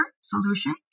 solution